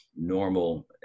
normal